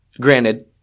Granted